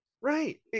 right